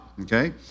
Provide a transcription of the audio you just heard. okay